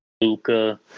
Luca